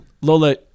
Lola